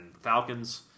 Falcons